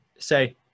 Say